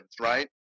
right